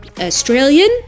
Australian